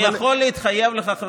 אני יכול להתחייב לך,